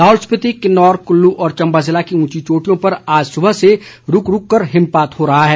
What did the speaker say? लाहौल स्पीति किन्नौर कुल्लू और चम्बा ज़िले की ऊंची चोटियों पर आज सुबह से रूक रूक कर हिमपात हो रहा है